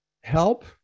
help